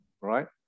right